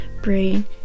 brain